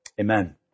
Amen